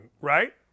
right